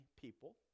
people